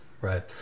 right